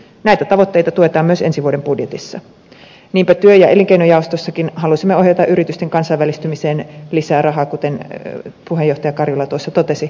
näitä tavoitteita tuetaan myös ensi vuoden budjetissa niinpä työ ja elinkeinojaostossakin halusimme ohjata yritysten kansainvälistymiseen lisää rahaa kuten puheenjohtaja karjula totesi